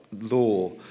law